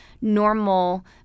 normal